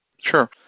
Sure